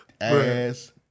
Ass